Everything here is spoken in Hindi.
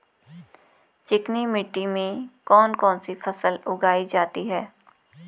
चिकनी मिट्टी में कौन कौन सी फसल उगाई जाती है?